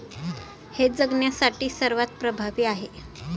हे जगण्यासाठी सर्वात प्रभावी आहे